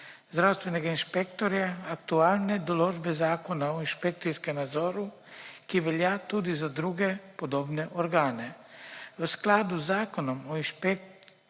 zdravstvenega inšpektorja aktualne določbe Zakona o inšpekcijskem nadzoru, ki velja tudi za druge podobne organe. V skladu z Zakonom o inšpekcijskem